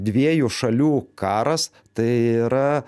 dviejų šalių karas tai yra